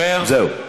זה חוק מושחת.